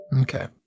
Okay